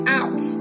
out